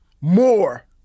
more